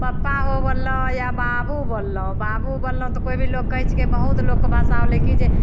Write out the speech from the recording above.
पप्पा हौ बोललहुँ या बाबू बोललहुँ बाबू बोललहुँ तऽ कोइ भी लोक कहै छै कि बहुत लोकके भाषा होलै कि जे